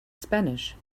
spanish